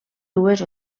dues